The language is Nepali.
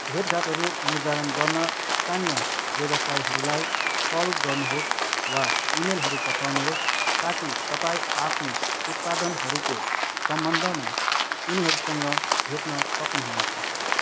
भेटघाटहरू निर्धारण गर्न स्थानीय व्यवसायहरूलाई कल गर्नुहोस् वा इमेलहरू पठाउनुहोस् ताकि तपाईँ आफ्नो उत्पादनहरूको सम्बन्धमा उनीहरूसँग भेट्न सक्नुहुनेछ